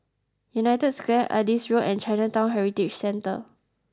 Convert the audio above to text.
United Square Adis Road and Chinatown Heritage Centre